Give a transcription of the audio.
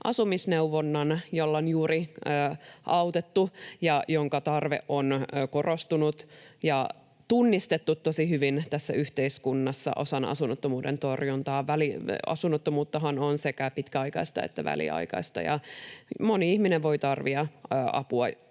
asumisneuvonnan, jolla on juuri autettu ja jonka tarve on korostunut ja tunnistettu tosi hyvin tässä yhteiskunnassa osana asunnottomuuden torjuntaa. Asunnottomuuttahan on sekä pitkäaikaista että väliaikaista, ja moni ihminen voi tarvita apua